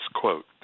quote